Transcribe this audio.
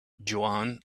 joanne